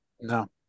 No